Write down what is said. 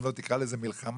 אם לא תקרא לזה מלחמה,